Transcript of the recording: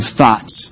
thoughts